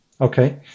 Okay